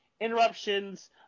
interruptions